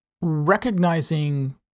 recognizing